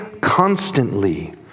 constantly